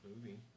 movie